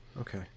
Okay